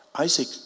Isaac